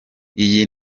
iyi